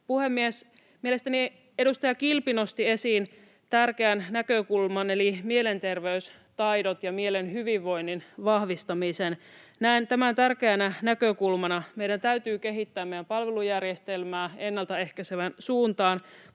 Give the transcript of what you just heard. edustaja Kilpi nosti esiin tärkeän näkökulman eli mielenterveystaidot ja mielen hyvinvoinnin vahvistamisen. Näen tämän tärkeänä näkökulmana. Meidän täytyy kehittää meidän palvelujärjestelmää ennaltaehkäisevään suuntaan,